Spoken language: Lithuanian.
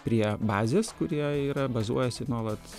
prie bazės kurie yra bazuojasi nuolat